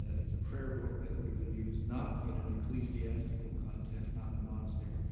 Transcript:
it's a prayer book that would have been used not in an ecclesiastical context, not in a monastery,